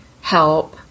help